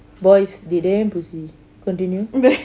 boys they damn pussy continue